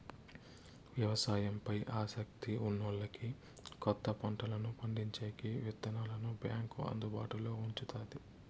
వ్యవసాయం పై ఆసక్తి ఉన్నోల్లకి కొత్త పంటలను పండించేకి విత్తనాలను బ్యాంకు అందుబాటులో ఉంచుతాది